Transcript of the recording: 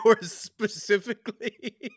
specifically